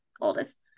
oldest